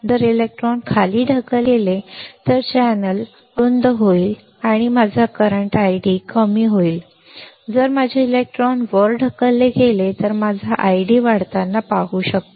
जर इलेक्ट्रॉन खाली ढकलले गेले तर चॅनेल अरुंद होईल आणि माझा ID कमी होईल जर माझे इलेक्ट्रॉन वर ढकलले गेले तर मी माझा ID वाढताना पाहू शकतो